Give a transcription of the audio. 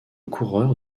coureurs